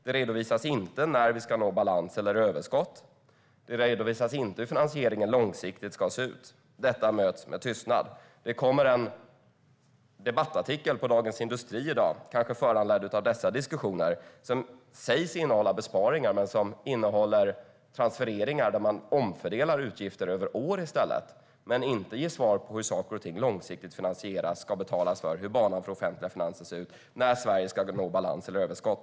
Det redovisas inte när vi ska nå balans eller överskott. Det redovisas inte heller hur finansieringen långsiktigt ska se ut. Detta möts med tystnad. Det kom en debattartikel i Dagens Industri i dag, kanske föranledd av dessa diskussioner. Där hävdas att budgeten innehåller besparingar, men det handlar om transfereringar där man omfördelar utgifter över år i stället. Det ges inga svar när det gäller hur saker och ting långsiktigt ska finansieras och betalas för. Det ges inga svar när det gäller hur banan för offentliga finanser ser ut och när Sverige ska nå balans eller överskott.